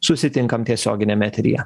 susitinkam tiesioginiam eteryje